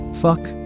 fuck